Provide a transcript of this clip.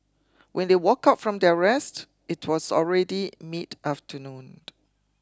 when they woke up from their rest it was already mid-afternoon